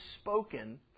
spoken